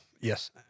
Yes